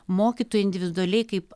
mokytojai individualiai kaip